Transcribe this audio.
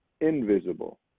invisible